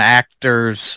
actor's